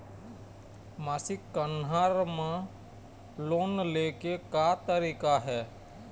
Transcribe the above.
मासिक कन्हार म लोन ले के का तरीका हे?